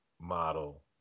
model